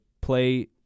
play